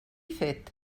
fet